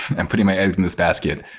i'm putting my eggs in this basket.